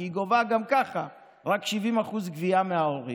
כי היא גובה גם ככה רק 70% מההורים.